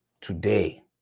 today